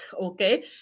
Okay